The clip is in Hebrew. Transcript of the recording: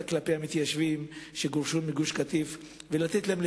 כלפי המתיישבים שגורשו מגוש-קטיף ולתת להם,